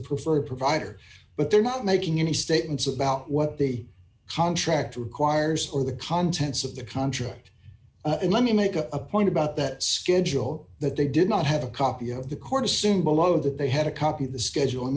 preferred provider but they're not making any statements about what the contract requires or the contents of the contract and let me make a point about that schedule that they did not have a copy of the court assume below that they had a copy of the schedule and